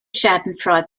schadenfreude